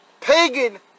pagan